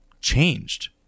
changed